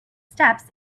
steps